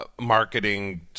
Marketing